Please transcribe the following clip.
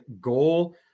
goal